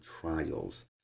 trials